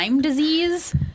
disease